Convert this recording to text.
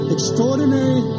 Extraordinary